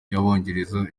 y’abongereza